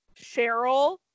Cheryl